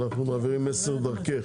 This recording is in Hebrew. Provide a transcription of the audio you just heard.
אנחנו מעבירים מסר דרכך.